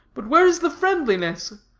but where is the friendliness?